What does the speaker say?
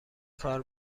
کار